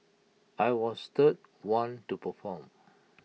I was third one to perform